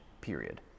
period